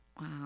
Wow